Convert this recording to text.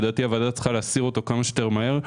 הוועדה צריכה להסיר את חוסר הודאות הזה כמה שיותר מהר,